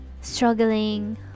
struggling